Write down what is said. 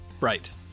Right